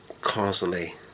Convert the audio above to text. constantly